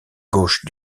gauche